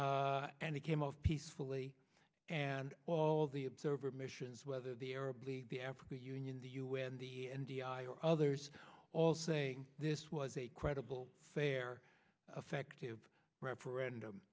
and it came of peacefully and all the observer missions whether the arab league the african union the u n the n d i or others all saying this was a credible fair affective referendum